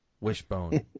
Wishbone